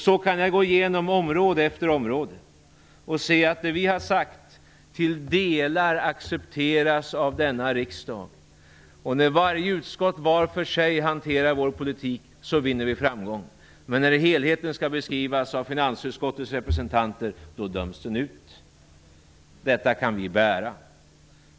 Så kan jag gå igenom område efter område och konstatera att det vi har sagt till delar accepteras av denna riksdag. När varje utskott var för sig hanterar vår politik vinner vi framgång, men när helheten skall beskrivas av finansutskottets representanter, då döms den ut. Detta kan vi bära.